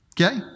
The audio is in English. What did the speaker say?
Okay